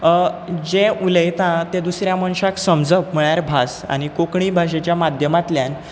जें उलयता तें दुसऱ्या मनशाक समजप म्हळ्यार भास आनी कोंकणी भाशेच्या माध्यमांतल्यान